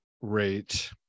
rate